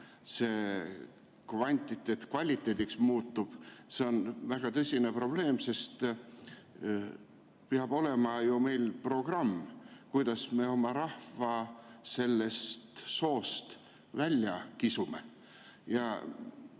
kvaliteediks muutub, see on väga tõsine probleem, sest meil peab olema ju programm, kuidas me oma rahva sellest soost välja kisume. Ma